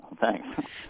thanks